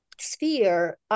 sphere